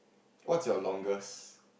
what's your longest